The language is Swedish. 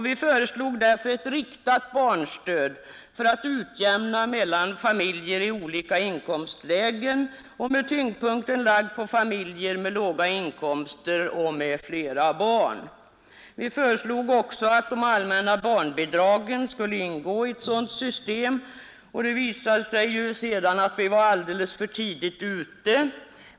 Vi föreslog därför ett riktat barnstöd för att utjämna mellan familjer i olika inkomstlägen, med tyngdpunkten lagd på familjer med låga inkomster och flera barn. Vi föreslog också att de allmänna barnbidragen skulle ingå i ett sådant system. Det visade sig sedan att vi var alldeles för tidigt ute.